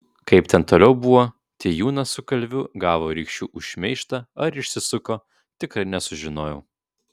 kaip ten toliau buvo tijūnas su kalviu gavo rykščių už šmeižtą ar išsisuko tikrai nesužinojau